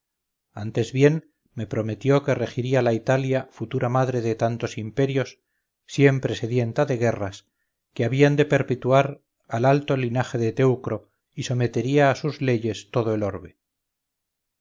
antes bien me prometió que regiría la italia futura madre de tantos imperios siempre sedienta de guerras que habían de perpetuar al alto linaje de teucro y sometería a sus leyes todo el orbe